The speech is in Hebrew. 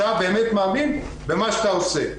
אתה באמת מאמין במה שאתה עושה.